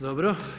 Dobro.